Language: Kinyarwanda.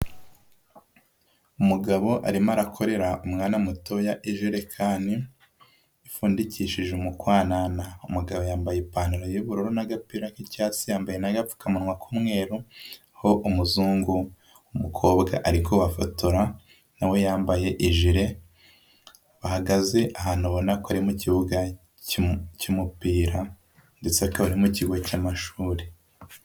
Umugabo arimo arakorera umwana mutoya ijerekani ipfundikishije umukanana , umugabo yambaye ipantaro y'ubururu n'agapira k'icyatsi yambaye n'apfukamunwa k'umweru ho umuzungu, umukobwa ari kubafotora nawe yambaye ijile, bahagaze ahantu abona ko ari mu kibuga cy'umupira ndetse akaba mu kigo cy'amashuri.